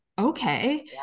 okay